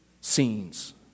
scenes